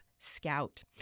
Scout